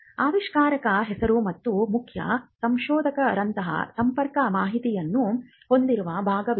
ಆವಿಷ್ಕಾರದ ಹೆಸರು ಮತ್ತು ಮುಖ್ಯ ಸಂಶೋಧಕರಂತಹ ಸಂಪರ್ಕ ಮಾಹಿತಿಯನ್ನು ಹೊಂದಿರುವ ಭಾಗವಿದೆ